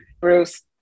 Bruce